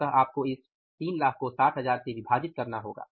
अतः आपको इस 300000 को 60000 से विभाजित करना होगा